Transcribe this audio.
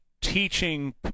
teaching